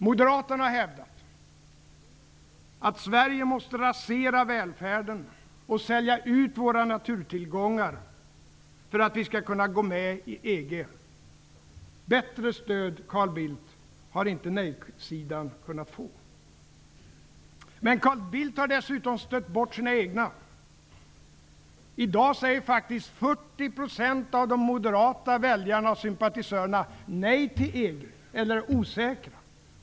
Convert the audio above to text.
Moderaterna har hävdat att Sverige måste rasera välfärden och sälja ut våra naturtillgångar för att vi skall kunna gå med i EG. Bättre stöd har nej-sidan inte kunnat få. Men Carl Bildt har dessutom stött bort sina egna. I dag säger 40 % av de moderata väljarna och sympatisörerna nej till EG eller är osäkra.